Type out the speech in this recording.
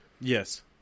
Yes